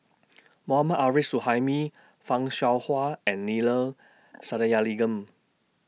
Mohammad Arif Suhaimi fan Shao Hua and Neila Sathyalingam